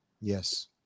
Yes